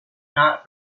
not